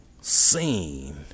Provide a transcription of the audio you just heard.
seen